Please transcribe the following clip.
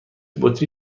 بطری